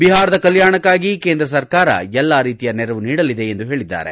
ಬಿಹಾರದ ಕಲ್ಲಾಣಕ್ಕಾಗಿ ಕೇಂದ್ರ ಸರ್ಕಾರ ಎಲ್ಲಾ ರೀತಿಯ ನೆರವು ನೀಡಲಿದೆ ಎಂದು ಅವರು ಹೇಳಿದ್ದಾರೆ